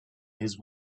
his